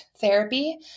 therapy